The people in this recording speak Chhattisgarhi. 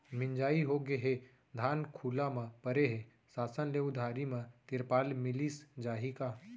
मिंजाई होगे हे, धान खुला म परे हे, शासन ले उधारी म तिरपाल मिलिस जाही का?